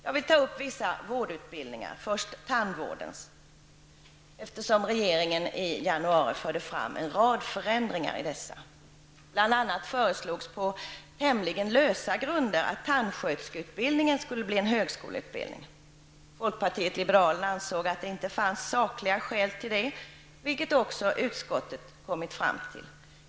Jag vill ta upp vissa vårdutbildningar, först inom tandvård. Regeringen förde i januari fram en rad förändringar i dessa. Bl.a. föreslogs på tämligen lösa grunder att tandsköterseutbildningen skulle bli en högskoleutbildning. Folkpartiet liberalerna ansåg att det inte fanns sakliga skäl till det, vilket också utskottet kommit fram till.